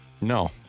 No